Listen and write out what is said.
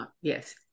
Yes